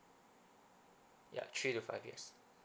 ya three to five years